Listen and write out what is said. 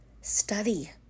Study